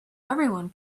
everyone